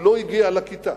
היא לא הגיעה לכיתה,